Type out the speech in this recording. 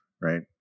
Right